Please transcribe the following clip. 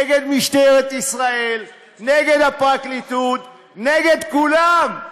נגד משטרת ישראל, נגד הפרקליטות, נגד כולם.